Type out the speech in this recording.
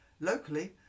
Locally